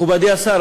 מכובדי השר,